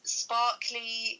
sparkly